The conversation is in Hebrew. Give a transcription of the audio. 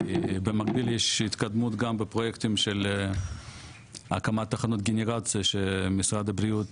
במקביל יש התקדמות גם בפרויקטים של הקמת תחנות גנרציה שמשרד הבריאות,